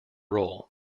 role